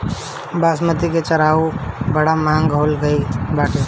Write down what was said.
बासमती के चाऊर बड़ा महंग हो गईल बाटे